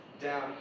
down